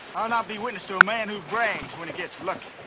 i'll not be witness to a man who brags when he gets lucky.